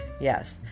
Yes